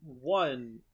One